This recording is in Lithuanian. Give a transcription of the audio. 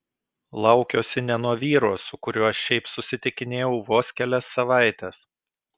laukiuosi ne nuo vyro su kuriuo šiaip susitikinėjau vos kelias savaites